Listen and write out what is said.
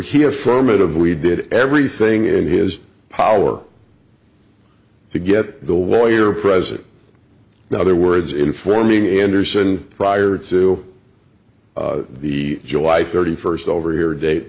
he affirmative we did everything in his power to get the lawyer present no other words informing anderson prior to the july thirty first over here